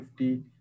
50